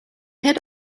head